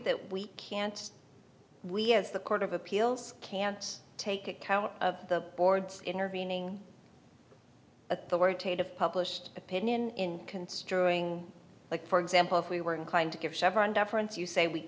that we can't we have the court of appeals can't take account of the board's intervening authoritative published opinion in construing like for example if we were inclined to give chevron deference you say we